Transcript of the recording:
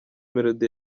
melodie